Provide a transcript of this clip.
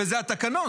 וזה התקנון.